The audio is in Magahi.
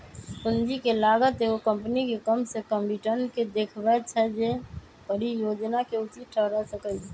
पूंजी के लागत एगो कंपनी के कम से कम रिटर्न के देखबै छै जे परिजोजना के उचित ठहरा सकइ